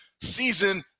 season